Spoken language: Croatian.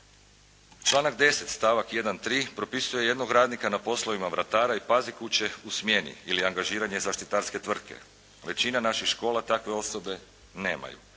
Članak 10. stavak 1.3. propisuje jednog radnika na poslovima vratara i pazikuće u smjeni ili angažiranje zaštitarske tvrtke. Većina naših škola takve osobe nemaju.